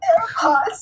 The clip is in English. AirPods